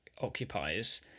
occupies